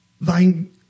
thine